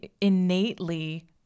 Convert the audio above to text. innately